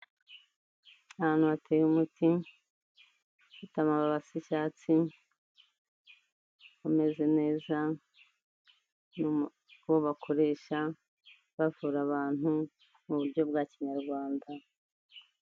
Ahantu hateye umuti ufite amababi asa icyatsi, umeze neza wo bakoresha bavura abantu mu buryo bwa kinyarwanda.